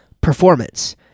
performance